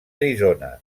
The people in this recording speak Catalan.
arizona